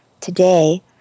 today